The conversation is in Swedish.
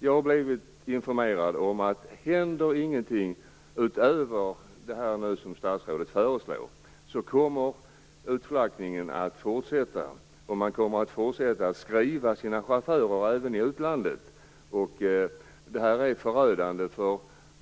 Jag har blivit informerad om att händer det ingenting utöver det som statsrådet föreslår, kommer utflaggningen att fortsätta. Man kommer också att fortsätta att skriva sina chaufförer i utlandet. Detta är förödande